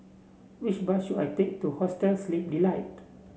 which bus should I take to Hostel Sleep Delight